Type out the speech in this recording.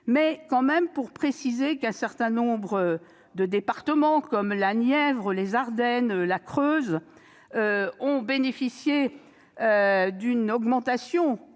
nationale, je précise qu'un certain nombre de départements, comme la Nièvre, les Ardennes ou la Creuse, ont bénéficié d'une augmentation